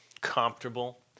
comfortable